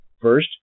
First